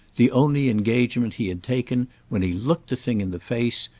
the only engagement he had taken, when he looked the thing in the face,